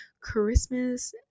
Christmas